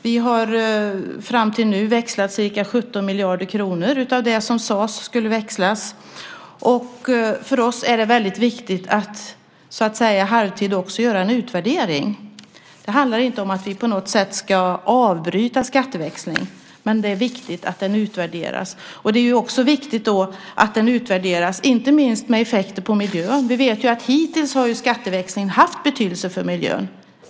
Vi har fram till nu växlat ca 17 miljarder kronor av det som sades skulle växlas. För oss är det väldigt viktigt att halvtid göra en utvärdering. Det handlar inte om att vi på något sätt ska avbryta skatteväxlingen, men det är viktigt att den utvärderas. Det är också viktigt att den utvärderas inte minst när det gäller effekter på miljön. Vi vet att hittills har skatteväxlingen haft betydelse för miljön.